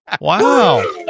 Wow